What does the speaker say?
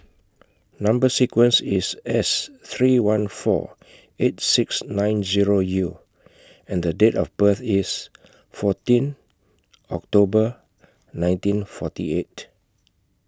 Number sequence IS S three one four eight six nine Zero U and Date of birth IS fourteen October nineteen forty eight